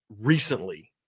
recently